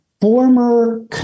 former